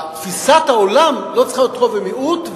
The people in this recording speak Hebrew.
תפיסת העולם לא צריכה להיות רוב ומיעוט,